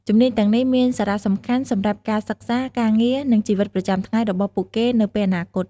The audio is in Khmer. ជំនាញទាំងនេះមានសារៈសំខាន់សម្រាប់ការសិក្សា ការងារ និងជីវិតប្រចាំថ្ងៃរបស់ពួកគេនៅពេលអនាគត។